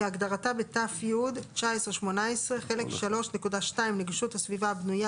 'כהגדרתה בת"י 1918 חלק 3.2 נגישות הסביבה הבנויה: